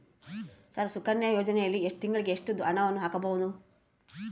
Sir Sukanya ಯೋಜನೆಯಲ್ಲಿ ತಿಂಗಳಿಗೆ ಎಷ್ಟು ಹಣವನ್ನು ಹಾಕಬಹುದು?